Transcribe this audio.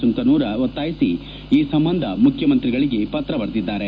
ಸುಂಕನೂರ ಒತ್ತಾಯಿಸಿ ಈ ಸಂಬಂಧ ಮುಖ್ಯಮಂತ್ರಿಗಳಿಗೆ ಪತ್ರ ಬರೆದಿದ್ದಾರೆ